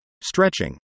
stretching